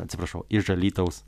atsiprašau iš alytaus